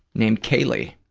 named kaylee.